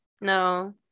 No